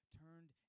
turned